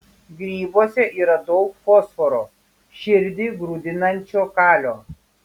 grybuose yra daug fosforo širdį grūdinančio kalio